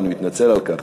ואני מתנצל על כך,